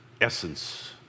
essence